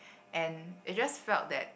and it just felt that